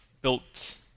built